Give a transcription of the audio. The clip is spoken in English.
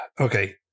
okay